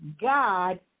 God